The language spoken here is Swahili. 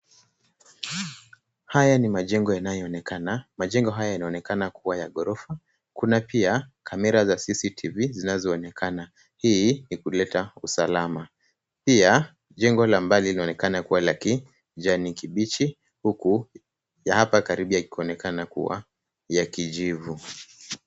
Haya ni majengo yanayoonekana. Majengo haya yanaonekana kuwa ya ghorofa. Kuna pia kamera za CCTV zinazoonekana. Hii ni kuleta usalama. Pia jengo la mbali linaonekana kuwa la kijani kibichi, huku ya hapa karibu ikionekana kuwa ya kijivu.